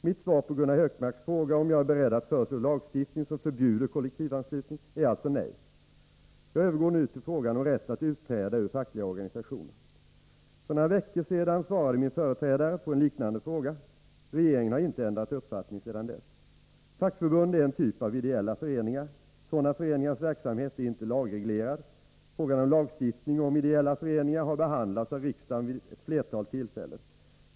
Mitt svar på Gunnar Hökmarks fråga, om jag är beredd att föreslå lagstiftning som förbjuder kollektivanslutning, är alltså nej. Jag övergår nu till frågan om rätt att utträda ur fackliga organisationer. För några veckor sedan svarade min företrädare på en liknande fråga. Regeringen har inte ändrat uppfattning sedan dess. Fackförbund är en typ av ideella föreningar. Sådana föreningars verksamhet är inte lagreglerad. Frågan om lagstiftning om ideella föreningar har behandlats av riksdagen vid ett flertal tillfällen.